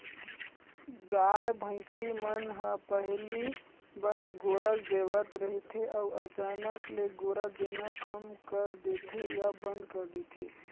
गाय, भइसी मन ह पहिली बने गोरस देवत रहिथे अउ अचानक ले गोरस देना कम कर देथे या बंद कर देथे